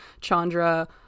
Chandra